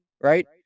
right